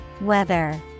Weather